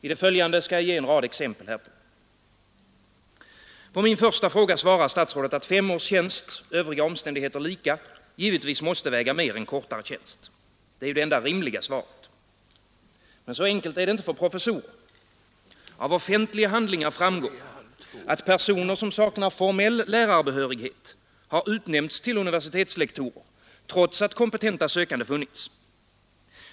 I det följande skall jag ge en rad exempel härpå. På min första fråga svarar statsrådet att fem års tjänst — övriga omständigheter lika — givetvis måste väga mer än kortare tjänst. Det är ju det enda rimliga svaret. Men så enkelt är det inte för professorer. Av offentliga handlingar framgår, att personer, som saknar formell lärarbehörighet har utnämnts till universitetslektorer, trots att kompetenta sökande funnits.